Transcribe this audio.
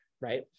Right